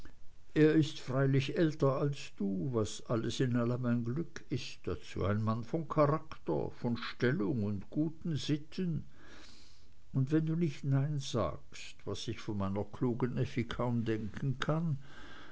er ist freilich älter als du was alles in allem ein glück ist dazu ein mann von charakter von stellung und guten sitten und wenn du nicht nein sagst was ich mir von meiner klugen effi kaum denken kann